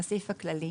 לסעיף הכללי,